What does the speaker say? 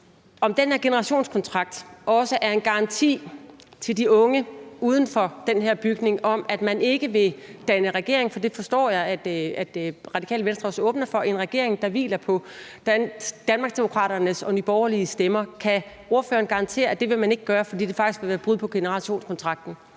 om den her generationskontrakt også er en garanti til de unge uden for den her bygning om, at man ikke vil danne en regering – for det forstår jeg at Radikale Venstre er åbne for – der hviler på Danmarksdemokraternes og Nye Borgerliges stemmer. Kan ordføreren garantere, at det vil man ikke gøre, fordi det faktisk vil være et brud på generationskontrakten?